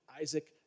Isaac